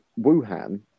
wuhan